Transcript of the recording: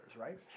right